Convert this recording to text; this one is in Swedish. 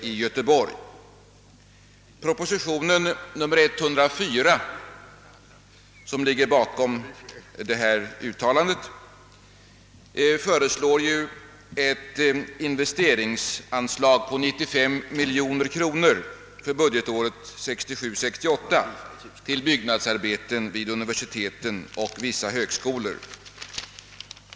I propositionen 104, som ligger bakom detta utlåtande, föreslås ett investeringsanslag på 95 miljoner kronor för budgetåret 1967/68 till byggnadsarbeten vid universiteten och vissa högskolor.